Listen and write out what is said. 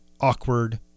awkward